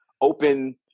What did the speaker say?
open